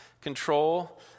control